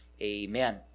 amen